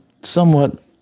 somewhat